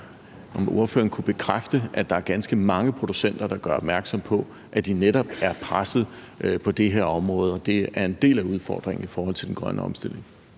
om ordføreren kan bekræfte, at der er ganske mange producenter, der gør opmærksom på, at de netop er presset på det her område, og at det er en del af udfordringen i forhold til den grønne omstilling.